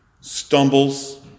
stumbles